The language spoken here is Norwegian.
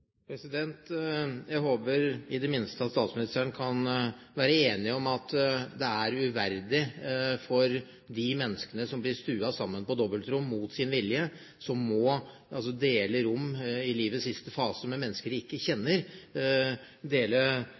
Jeg håper i det minste at statsministeren kan være enig i at det er uverdig for de menneskene som blir stuet sammen på dobbeltrom mot sin vilje, å måtte dele rom i livets siste fase med mennesker de ikke kjenner,